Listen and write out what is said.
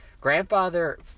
grandfather